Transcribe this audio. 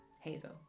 Hazel